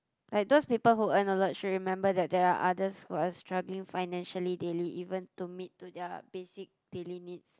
like those people who earn a lot should remember that there are others who are struggling financially daily even to meet to their basic daily needs